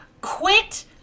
quit